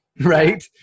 Right